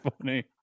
funny